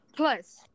Plus